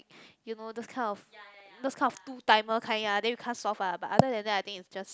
you know those kind of those kind of two timer kind ya then you can't solve ah but other then that I think it's just